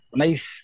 nice